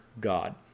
God